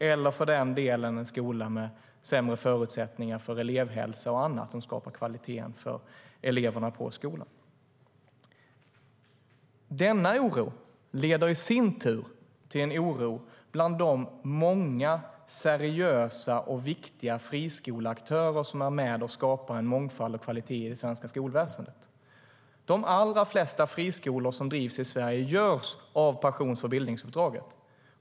Eller det kan, för den delen, vara en skola med sämre förutsättningar för elevhälsa och annat som skapar kvalitet för eleverna på skolan. Denna oro leder i sin tur till en oro bland de många seriösa och viktiga friskoleaktörer som är med och skapar en mångfald och kvalitet i det svenska skolväsendet. De allra flesta friskolor som drivs i Sverige drivs av passion för bildningsuppdraget.